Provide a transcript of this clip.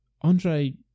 Andre